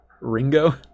Ringo